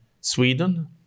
Sweden